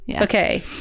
Okay